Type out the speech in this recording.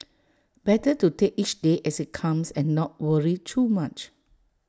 better to take each day as IT comes and not worry too much